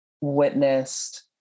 witnessed